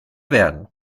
werden